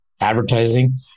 advertising